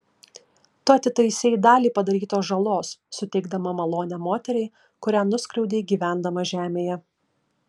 tu atitaisei dalį padarytos žalos suteikdama malonę moteriai kurią nuskriaudei gyvendama žemėje